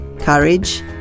courage